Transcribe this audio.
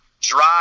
drive